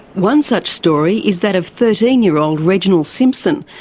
one such story is that of thirteen year old reginald simpson,